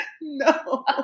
No